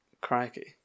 Crikey